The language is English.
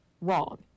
Wrong